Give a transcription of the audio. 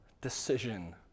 decision